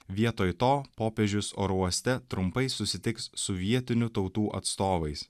vietoj to popiežius oro uoste trumpai susitiks su vietinių tautų atstovais